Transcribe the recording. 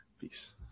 peace